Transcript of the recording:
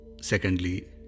Secondly